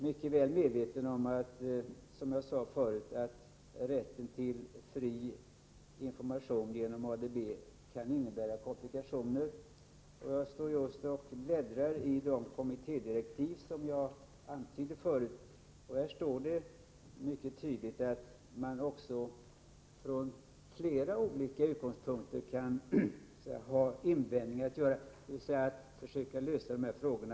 Herr talman! Jag är, Ingrid Sundberg, som jag sade förut, mycket väl medveten om att rätten till fri information genom ADB kan innebära komplikationer. I de kommittédirektiv som jag tidigare pekade på uttalas det mycket tydligt att det från flera utgångspunkter kan finnas invändningar att göra. Det är alltså inte så lätt att lösa dessa frågor.